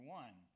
one